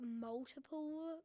multiple